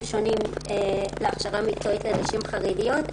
שונים להכשרה מקצועית לנשים חרדיות,